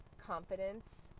confidence